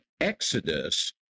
exodus